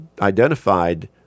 identified